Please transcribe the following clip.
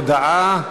הודעה,